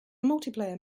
multiplayer